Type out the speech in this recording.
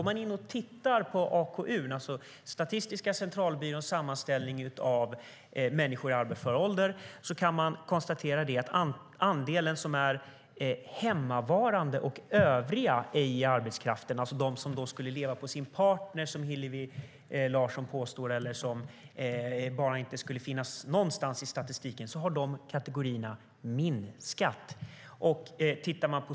Om vi tittar på AKU, det vill säga Statistiska centralbyråns sammanställning av människor i arbetsför ålder, kan vi konstatera att andelen som är hemmavarande och övriga ej i arbetskraften, de som lever på sin partner, som Hillevi Larsson påstår, eller som inte finns någonstans i statistiken, har minskat.